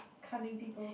cunning people